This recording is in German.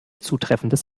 zutreffendes